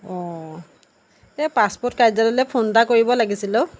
অঁ এই পাছপ'ৰ্ট কাৰ্যালয়লৈ ফোন এটা কৰিব লাগিছিল ও